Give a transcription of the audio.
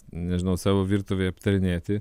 nežinau savo virtuvėj aptarinėti